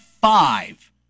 five